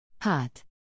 Hot